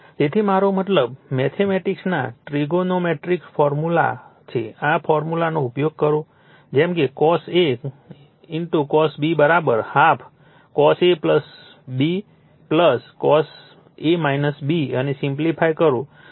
તેથી મારો મતલબ મેથેમેટિક્સના ટ્રિગોનોમેટ્રીક ફોર્મ્યુલા છે આ ફોર્મ્યુલાનો ઉપયોગ કરો જેમ કે cos A cos B half cos A B cos A B અને સિમ્પ્લિફાઇ કરો